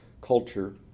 Culture